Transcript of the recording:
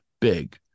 big